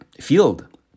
field